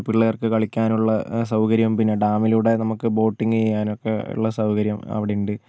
പിള്ളേർക്ക് കളിക്കാനുള്ള സൗകര്യം പിന്നെ ഡാമിലൂടെ നമുക്ക് ബോട്ടിങ് ചെയ്യാനൊക്കെയുള്ള സൗകര്യം അവിടെയുണ്ട്